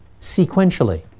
sequentially